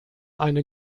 eine